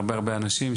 מהרבה אנשים,